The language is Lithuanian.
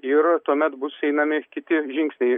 ir tuomet bus einami kiti žingsniai